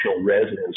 resonance